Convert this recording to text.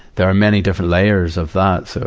there are many different layers of that. so,